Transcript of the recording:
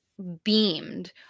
Beamed